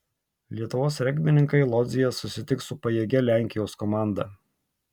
lietuvos regbininkai lodzėje susitiks su pajėgia lenkijos komanda